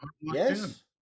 Yes